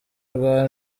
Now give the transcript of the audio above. rwa